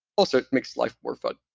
also it makes life more fun